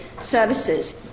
Services